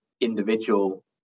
individual